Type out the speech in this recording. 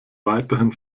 weiterhin